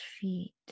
feet